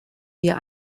wir